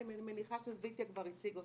אני מניחה שזויטיא כבר הציג אותם.